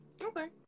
Okay